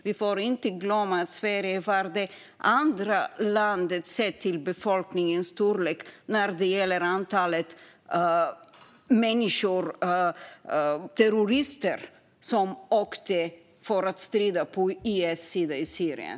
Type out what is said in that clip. Vi får inte glömma att Sverige var det andra landet sett till befolkningens storlek vad gäller antalet människor - terrorister - som åkte iväg för att strida på IS sida i Syrien.